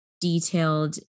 detailed